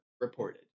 reported